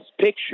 picture